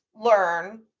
learn